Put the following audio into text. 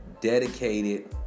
dedicated